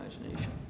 imagination